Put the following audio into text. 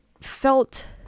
felt